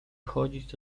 chodzić